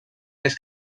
més